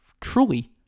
truly